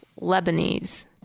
Lebanese